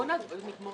בא נסיים לקרוא